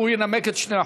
הוא ינמק את שני החוקים.